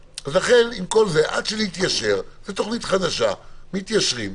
עד שנתיישר, זו תוכנית חדשה, מתיישרים.